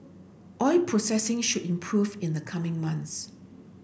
oil processing should improve in the coming months